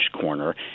corner